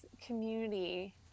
community